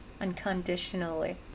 unconditionally